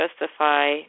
justify